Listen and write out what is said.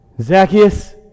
Zacchaeus